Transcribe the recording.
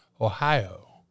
Ohio